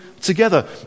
together